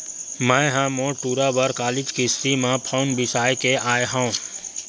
मैय ह मोर टूरा बर कालीच किस्ती म फउन बिसाय के आय हँव